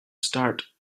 start